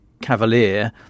cavalier